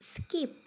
skipped